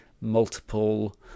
multiple